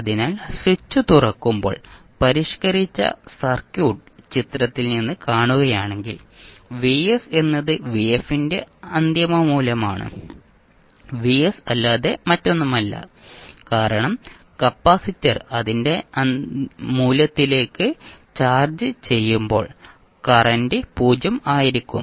അതിനാൽ സ്വിച്ച് തുറക്കുമ്പോൾ പരിഷ്കരിച്ച സർക്യൂട്ട് ചിത്രത്തിൽ നിന്ന് കാണുകയാണെങ്കിൽ Vs എന്നത് ന്റെ അന്തിമ മൂല്യമാണ് Vs അല്ലാതെ മറ്റൊന്നുമല്ല കാരണം കപ്പാസിറ്റർ അതിന്റെ മൂല്യത്തിലേക്ക് ചാർജ് ചെയ്യുമ്പോൾ കറന്റ് 0 ആയിരിക്കും